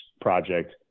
project